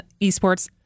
Esports